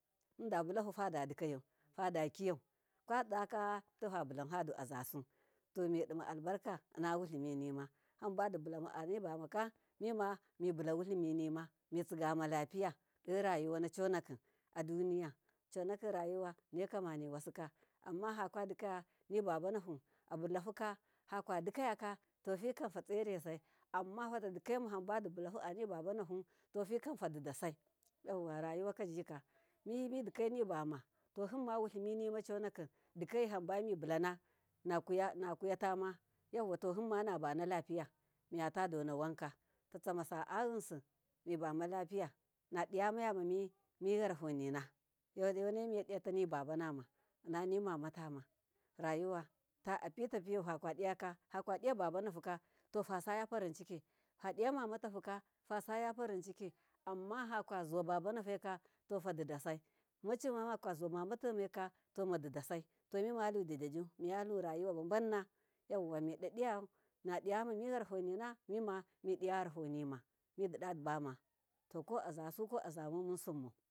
Munda mulahu fadadikayau fadakiyau kwazaka tofabulanfadu azasu to midima albarka inna wuliminima hamba dibula ma anibamaka mimamibulawuliminima mi tsigama lapiya aduniya conakim rayuwa neka maniwasuka, amma fakadikayaka ni babanahu abulahuka fakadikaya to fikanfa tseresai amma fatadikai hambadibulahufa nibabanu to fikam fadi da sai yauwa rayu wakajika, mimidikai nibama himma wulimini nima niconakim dikayihamba mibulana nakayatama yauwa tohimma nabana lapiya miyata dona wanka tatsamasa a yinsi mibama lapiya nadiya mayama miyarahonima wonemi, yedi yatanibabanama innanimamatama rayuwa apitapiyau fakadiyaka fakadiya babanahu ka to fasaya faricinki fadiya mamatahuka fasaya farinciki, amma faka zuwababanafaika to fadida sai maeima makazuwa mamatomaika tomadidasai mimaludidadu miyalurayuwa banna to midadiyeyau nadiya yarahonina mima midiyayarahonima midida bama to ko azasu ko azamau munsimau.